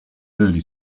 early